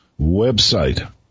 website